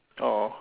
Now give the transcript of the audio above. !aww!